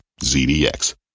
ZDX